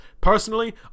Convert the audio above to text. personally